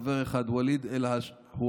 חבר אחד: ואליד אלהואשלה,